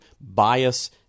bias